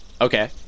Okay